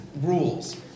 rules